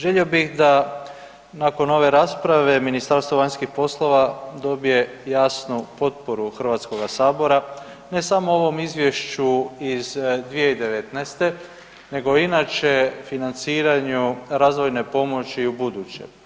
Želio bih da nakon ove rasprave Ministarstvo vanjskih poslova dobije jasnu potporu Hrvatskoga sabora ne samo o ovom izvješću iz 2019. nego i inače financiranju razvojne pomoći i u buduće.